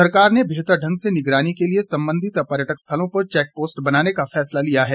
सरकार ने बेहतर ढंग से निगरानी के लिए संबंधित पर्यटक स्थलों पर चैक पोस्ट बनाने का फैसला लिया है